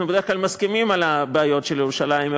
אנחנו בדרך כלל מסכימים על הבעיות של ירושלים,